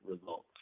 results